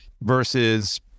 versus